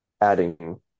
adding